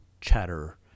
chatter